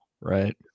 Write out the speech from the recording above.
Right